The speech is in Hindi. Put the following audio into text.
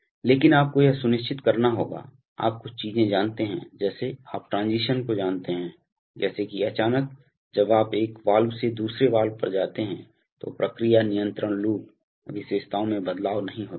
लेकिन आपको यह सुनिश्चित करना होगा आप कुछ चीज़ें जानते हैं जैसे आप ट्रांजीशन को जानते हैं जैसे कि अचानक जब आप एक वाल्व से दूसरे वाल्व पर जाते हैं तो प्रक्रिया नियंत्रण लूप विशेषताओं में बदलाव नहीं होता है